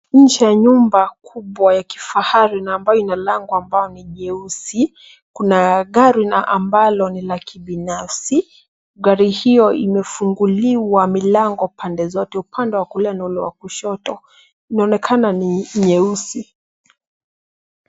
Nje ya nyumba ya kifahari ambayo ina lango ambayo ni jeusi. Kuna gari na ambalo ni la binafsi. Gari hilo limefunguliwa milango pande zote, upande wa kulia na kushoto. Inaonekana ni nyeusi.